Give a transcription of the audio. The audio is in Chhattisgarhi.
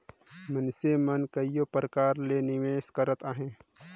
मइनसे मन कइयो परकार ले निवेस करत अहें